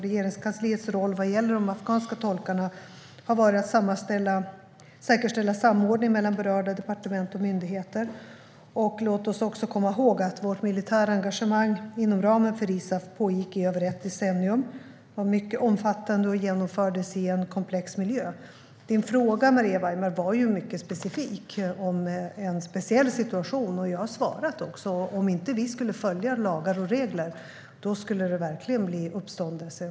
Regeringskansliets roll vad gäller de afghanska tolkarna har varit att säkerställa samordning mellan berörda departement och myndigheter. Låt oss också komma ihåg att vårt militära engagemang inom ramen för ISAF pågick i över ett decennium. Det var mycket omfattande och genomfördes i en komplex miljö. Din fråga var mycket specifik, Maria Weimer. Den handlade om en speciell situation, och jag har svarat på frågan. Om vi inte skulle följa lagar och regler skulle det verkligen bli uppståndelse.